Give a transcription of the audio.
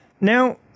Now